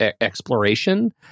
exploration